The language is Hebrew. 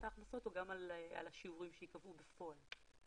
ההכנסות או גם על השיעורים שייקבעו בפועל?